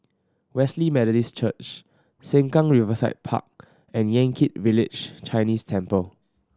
Wesley Methodist Church Sengkang Riverside Park and Yan Kit Village Chinese Temple